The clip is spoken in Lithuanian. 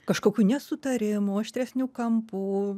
kažkokių nesutarimų aštresnių kampų